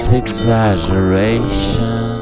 exaggeration